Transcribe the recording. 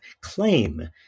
claim